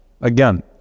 again